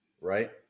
Right